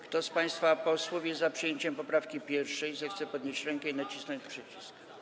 Kto z państwa posłów jest za przyjęciem poprawki 1., zechce podnieść rękę i nacisnąć przycisk.